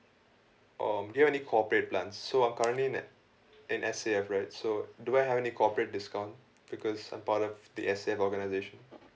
or do you have any cooperate plans so I'm currently at N_S_F right so do I have any corporate discount because I'm part of the organisation mm